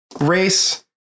race